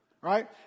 Right